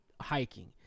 hiking